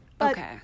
Okay